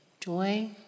joy